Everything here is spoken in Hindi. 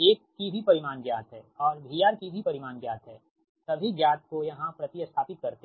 A की भी परिमाण ज्ञात है और VR की भी परिमाण ज्ञात हैसभी ज्ञात को यहाँ प्रति स्थापित करते हैं